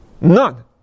None